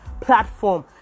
platform